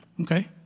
okay